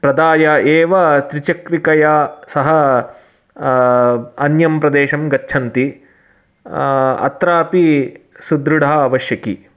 तदा या एव त्रिचक्रिकया सह अन्यं प्रदेशं गच्छन्ति अत्रापि सुदृढः आवश्यकी